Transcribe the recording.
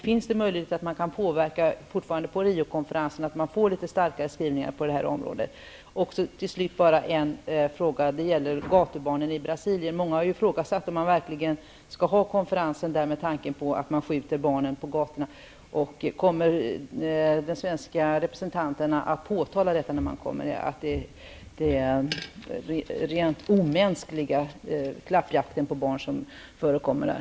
Finns det möjlighet att påverka Riokonferensen så att det blir litet starkare skrivningar? Ytterligare en fråga till sist om gatubarnen i Brasilien. Många har ifrågasatt om man verkligen skall ha konferensen i Rio. Där skjuts ju barnen på gatorna. Kommer de svenska representanterna att påtala den rent omänskliga klappjakt på barn som förekommer där?